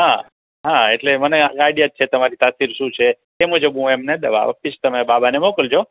હા હા એટલે મને આઇડિયા જ છે તમારી તાસીર શું છે તે મુજબ હું એમને દવા આપીશ તમે બાબાને મોકલજો